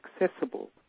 accessible